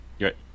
right